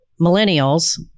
millennials